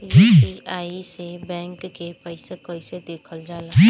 UPI से bank के पैसा कैसे देखल जाला?